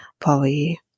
Polly